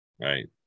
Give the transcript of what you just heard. right